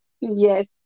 Yes